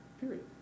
period